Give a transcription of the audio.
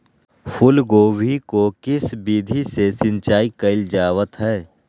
फूलगोभी को किस विधि से सिंचाई कईल जावत हैं?